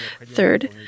Third